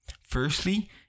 Firstly